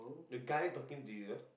the guy talking to you